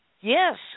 Yes